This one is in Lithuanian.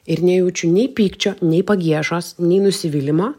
ir nejaučiu nei pykčio nei pagiežos nei nusivylimo